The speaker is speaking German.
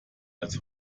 als